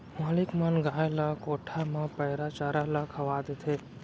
मालिक मन गाय ल कोठा म पैरा चारा ल खवा देथे